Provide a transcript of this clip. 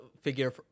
figure